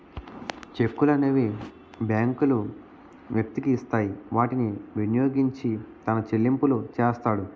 చెక్కులనేవి బ్యాంకులు వ్యక్తికి ఇస్తాయి వాటిని వినియోగించి తన చెల్లింపులు చేస్తాడు